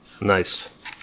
Nice